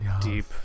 deep